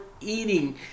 eating